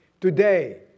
today